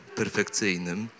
perfekcyjnym